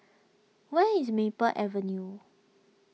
where is Maple Avenue